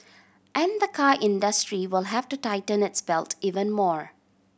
and the car industry will have to tighten its belt even more